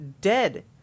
dead